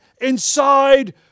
inside